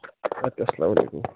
اَدٕ کیٛاہ اسلامُ علیکُم